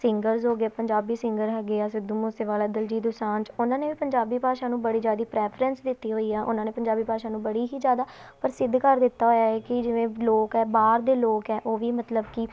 singers ਹੋ ਗਏ Punjabi singer ਹੈਗੇ ਆ ਸਿੱਧੂ ਮੂਸੇਵਾਲਾ ਦਿਲਜੀਤ ਦੁਸਾਂਝ ਉਹਨਾਂ ਨੇ ਵੀ ਪੰਜਾਬੀ ਭਾਸ਼ਾ ਨੂੰ ਬੜੀ ਜ਼ਿਆਦਾ ਪ੍ਰੈਫਰੈਂਸ ਦਿੱਤੀ ਹੋਈ ਆ ਉਹਨਾਂ ਨੇ ਪੰਜਾਬੀ ਭਾਸ਼ਾ ਨੂੰ ਬੜੀ ਹੀ ਜ਼ਿਆਦਾ ਪ੍ਰਸਿੱਧ ਕਰ ਦਿੱਤਾ ਹੋਇਆ ਹੈ ਕਿ ਜਿਵੇਂ ਲੋਕ ਹੈ ਬਾਹਰ ਦੇ ਲੋਕ ਹੈ ਉਹ ਵੀ ਮਤਲਬ ਕਿ